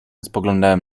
spoglądałem